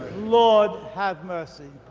lord have mercy.